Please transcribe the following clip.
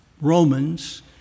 Romans